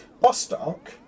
Bostock